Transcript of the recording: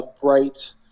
bright